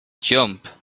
jump